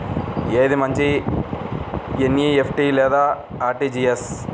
ఏది మంచి ఎన్.ఈ.ఎఫ్.టీ లేదా అర్.టీ.జీ.ఎస్?